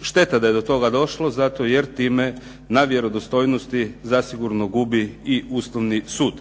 Šteta da je do toga došlo zato jer time na vjerodostojnosti zasigurno gubi i Ustavni sud.